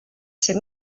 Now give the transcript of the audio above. ser